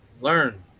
learn